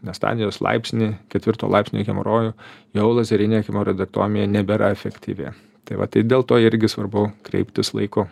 ne stadijos laipsnį ketvirto laipsnio hemorojų jau lazerinė hemoroidektomija nebėra efektyvi tai va tai dėl to irgi svarbu kreiptis laiku